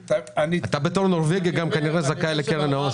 אתה בתור נורבגי גם כנראה זכאי לקרן העושר.